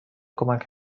کمک